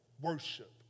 worship